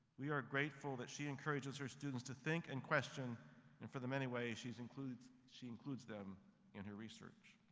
we are grateful that she encourages her students to think and question and for the many ways she includes she includes them in her research.